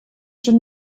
schon